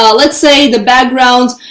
ah let's say the backgrounds.